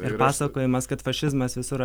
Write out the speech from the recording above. ir pasakojimas kad fašizmas visur